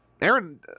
Aaron